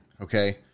Okay